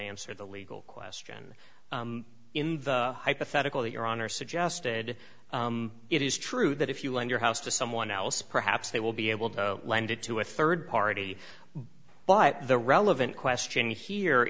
answer the legal question in the hypothetical that your honor suggested it is true that if you lend your house to someone else perhaps they will be able to lend it to a third party but the relevant question here